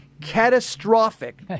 catastrophic